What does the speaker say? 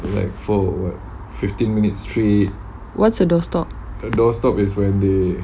what's a door stop